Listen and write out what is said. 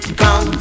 come